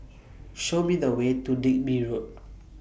Show Me The Way to Digby Road